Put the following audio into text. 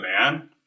man